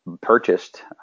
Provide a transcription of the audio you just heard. purchased